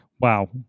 Wow